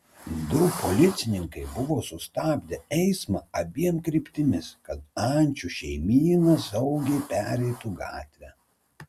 du policininkai buvo sustabdę eismą abiem kryptimis kad ančių šeimyna saugiai pereitų gatvę